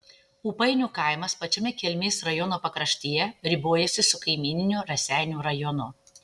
ūpainių kaimas pačiame kelmės rajono pakraštyje ribojasi su kaimyniniu raseinių rajonu